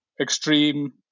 extreme